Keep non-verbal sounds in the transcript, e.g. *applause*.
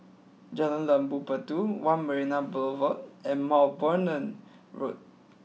Jalan Labu Puteh One Marina Boulevard and *unintelligible* Road